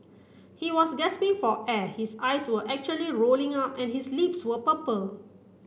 he was gasping for air his eyes were actually rolling up and his lips were purple